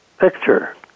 picture